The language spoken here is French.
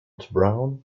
brown